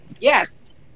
Yes